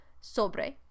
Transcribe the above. sobre